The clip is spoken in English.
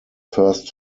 first